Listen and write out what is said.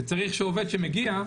וצריך שעובד שמגיע,